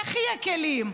איך יהיו כלים?